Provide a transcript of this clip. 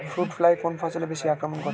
Fruit fly কোন ফসলে বেশি আক্রমন করে?